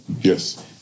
Yes